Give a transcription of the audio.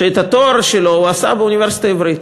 שאת התואר שלו הוא עשה באוניברסיטה העברית.